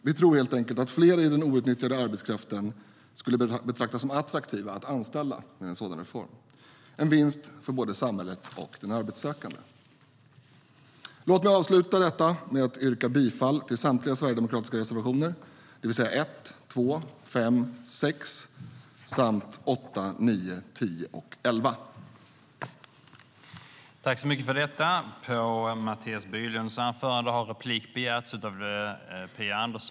Vi tror helt enkelt att fler i den outnyttjade arbetskraften skulle betraktas som attraktiva att anställa med en sådan reform - en vinst för både samhället och den arbetssökande.